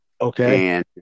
Okay